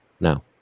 Now